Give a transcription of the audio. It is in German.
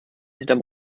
hinterm